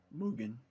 Mugen